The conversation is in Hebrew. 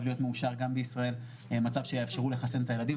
להיות מאושר גם בישראל מצב שיאפשרו לחסן את הילדים,